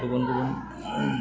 गुबुन गुबुन